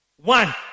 One